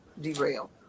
derail